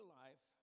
life